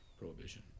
prohibition